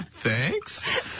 Thanks